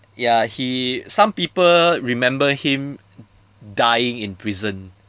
ya he some people remember him dying in prison